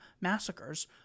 massacres